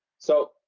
so,